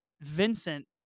Vincent